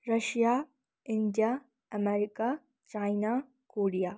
Russia India America China Korea